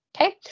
Okay